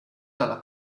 dalla